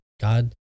God